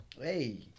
hey